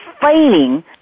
failing